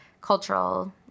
cultural